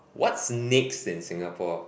what's next in Singapore